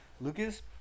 Lucas